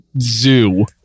zoo